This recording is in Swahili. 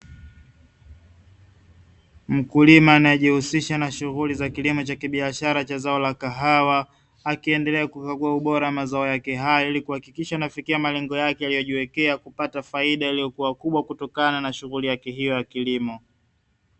Mkulima anayejihusisha na shughuli za kilimo cha kibiashara cha zao la kahawa, akiendelea kukagua ubora wa mazao yake hayo ili kuhakikisha anafikia malengo yake aliyojiwekea kupata faida iliyokuwa kubwa kutokana na shughuli yake hiyo ya kilimo.